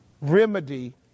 remedy